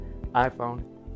iPhone